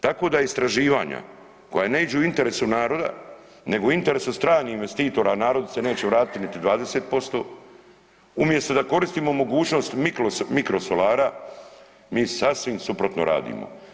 Tako da istraživanja koja ne iđu u interesu naroda, nego u interesu stranih investitora a narodu se neće vratiti niti 20% umjesto da koristimo mogućnost mikro solara mi sasvim suprotno radimo.